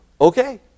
okay